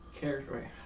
character